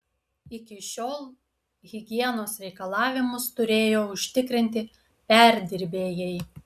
iki šiol higienos reikalavimus turėjo užtikrinti perdirbėjai